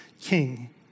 king